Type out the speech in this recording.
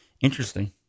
Interesting